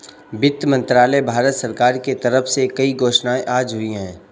वित्त मंत्रालय, भारत सरकार के तरफ से कई घोषणाएँ आज हुई है